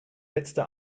letzte